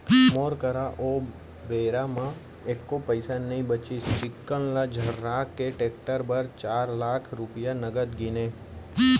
मोर करा ओ बेरा म एको पइसा नइ बचिस चिक्कन ल झर्रा के टेक्टर बर चार लाख रूपया नगद गिनें